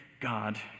God